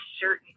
certain